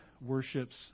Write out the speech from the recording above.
worships